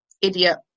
idiot